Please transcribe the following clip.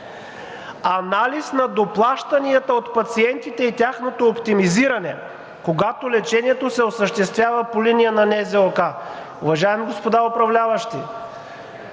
Анализ на доплащанията от пациентите и тяхното оптимизиране, когато лечението се осъществява по линия на НЗОК. Уважаеми господа управляващи,